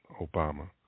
Obama